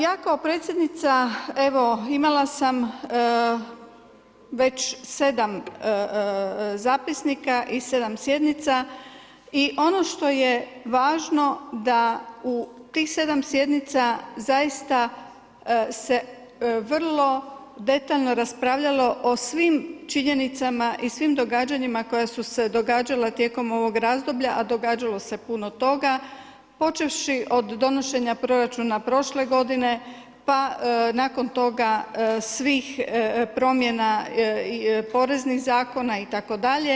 Ja kao predsjednica imala sam već sedam zapisnika i sedam sjednica i ono što je važno da u tih sedam sjednica zaista se vrlo detaljno raspravljalo o svim činjenicama i svim događanjima koja su se događala tijekom ovog razdoblja, a događalo se puno toga, počevši od donošenja proračuna prošle godine pa nakon toga svih promjena poreznih zakona itd.